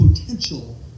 potential